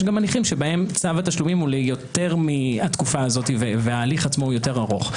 הליכים שבהם צו התשלומים היא ליותר מהתקופה הזו וההליך עצמו יותר ארוך.